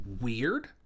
weird